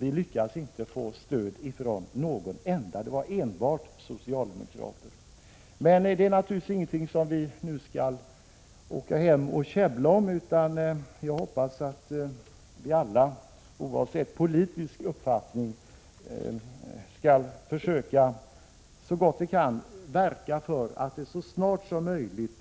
Vi lyckades inte få stöd från någon enda — vi var enbart socialdemokrater som motionerade. Men det är naturligtvis ingenting som vi nu skall åka hem och käbbla om, utan jag hoppas att vi alla — oavsett politisk uppfattning — skall försöka så gott vi kan verka för att det så snart som möjligt